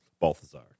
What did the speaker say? Balthazar